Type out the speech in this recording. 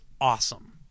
Awesome